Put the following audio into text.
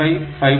5 6